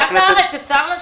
תודה.